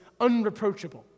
unreproachable